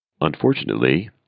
Unfortunately